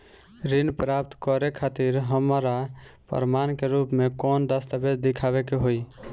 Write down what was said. ऋण प्राप्त करे खातिर हमरा प्रमाण के रूप में कौन दस्तावेज़ दिखावे के होई?